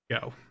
go